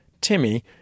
Timmy